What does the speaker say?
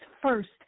First